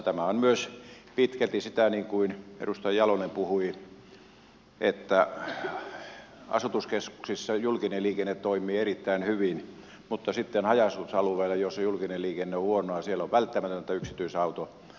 tämä on myös pitkälti sitä niin kuin edustaja jalonen puhui että asutuskeskuksissa julkinen liikenne toimii erittäin hyvin mutta sitten haja asutusalueilla missä julkinen liikenne on huonoa on yksityisauto välttämätön